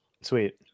Sweet